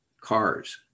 cars